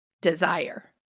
desire